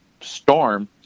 storm